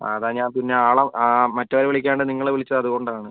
ആ അതാണ് ഞാൻ പിന്നെ ആളെ ആ മറ്റേ അവരെ വിളിക്കാണ്ട് നിങ്ങളെ വിളിച്ചത് അതുകൊണ്ടാണ്